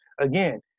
again